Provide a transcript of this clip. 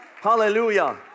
Hallelujah